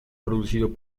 producido